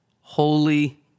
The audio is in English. holy